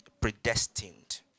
predestined